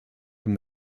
from